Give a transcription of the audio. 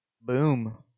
Boom